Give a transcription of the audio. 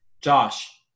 Josh